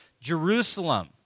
Jerusalem